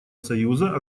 союза